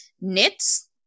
Knits